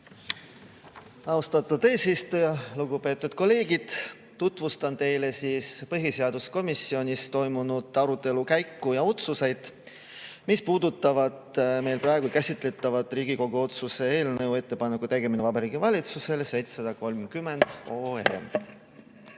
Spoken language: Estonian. Austatud eesistuja! Lugupeetud kolleegid! Tutvustan teile põhiseaduskomisjonis toimunud arutelu käiku ja otsuseid, mis puudutavad meie praegu käsitletavat Riigikogu otsuse "Ettepaneku tegemine Vabariigi Valitsusele"